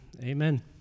Amen